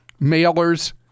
mailers